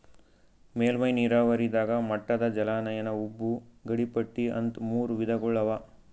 ಮೇಲ್ಮೈ ನೀರಾವರಿದಾಗ ಮಟ್ಟದ ಜಲಾನಯನ ಉಬ್ಬು ಗಡಿಪಟ್ಟಿ ಅಂತ್ ಮೂರ್ ವಿಧಗೊಳ್ ಅವಾ